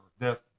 death